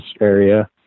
area